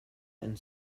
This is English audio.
and